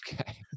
Okay